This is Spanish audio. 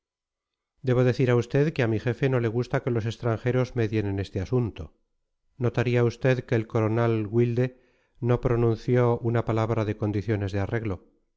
debo decir a usted que a mi jefe no le gusta que los extranjeros medien en este asunto notaría usted que el coronel wilde no pronunció una palabra de condiciones de arreglo